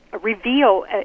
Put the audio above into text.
reveal